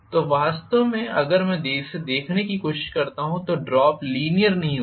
तो वास्तव में अगर मैं इसे देखने की कोशिश करता हूं तो ड्रॉप लीनीयर नहीं होगा